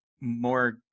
more